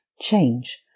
change